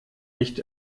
nicht